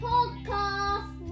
Podcast